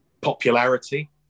popularity